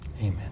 Amen